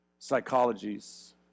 psychologies